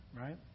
Right